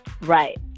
right